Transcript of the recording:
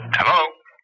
Hello